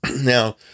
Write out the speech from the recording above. Now